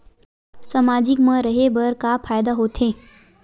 सामाजिक मा रहे बार का फ़ायदा होथे?